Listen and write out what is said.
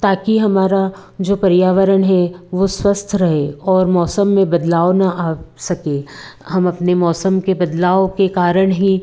ताकि हमारा जो पर्यावरण है वो स्वस्थ रहे और मौसम में बदलाव ना आ सके हम अपने मौसम के बदलाव के कारण ही